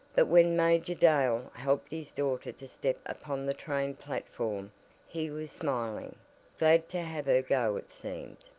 but when major dale helped his daughter to step upon the train platform he was smiling glad to have her go it seemed.